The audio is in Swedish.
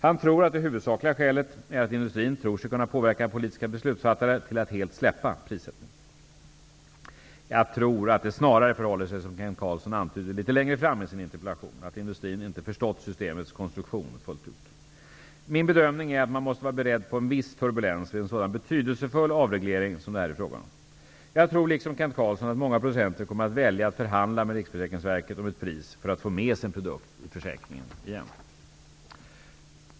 Han tror att det huvudsakliga skälet är att industrin tror sig kunna påverka politiska beslutsfattare till att helt släppa prissättningen. Jag tror att det snarare förhåller sig som Kent Carlsson antyder litet längre fram i sin interpellation att industrin inte förstått systemets konstruktion fullt ut. Min bedömning är att man måste vara beredd på en viss turbulens vid en sådan betydelsefull avreglering som det här är fråga om. Jag tror liksom Kent Carlsson att många producenter kommer att välja att förhandla med RFV om ett pris för att få med sin produkt i försäkringen igen.